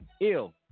Ill